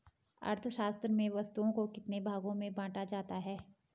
अर्थशास्त्र में वस्तुओं को कितने भागों में बांटा जाता है?